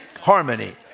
harmony